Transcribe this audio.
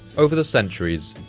over the centuries,